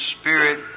Spirit